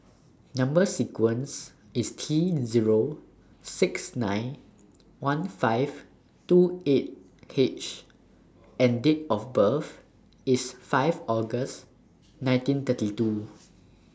Number sequence IS T Zero six nine one five two eight H and Date of birth IS five August nineteen thirty two